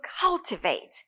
cultivate